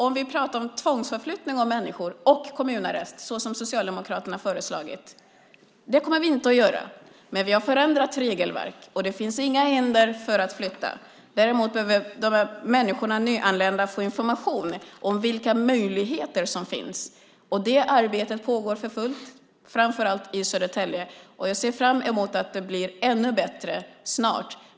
Om det är tvångsförflyttning av människor och kommunarrest såsom Socialdemokraterna har föreslagit vi pratar om så kommer vi inte att göra det. Men vi har förändrat regelverk, och det finns inga hinder för att flytta. Däremot behöver de nyanlända människorna få information om vilka möjligheter som finns. Det arbetet pågår för fullt, framför allt i Södertälje. Jag ser fram emot att det blir ännu bättre snart.